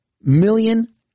million